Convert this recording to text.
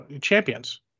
Champions